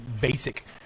basic